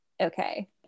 Okay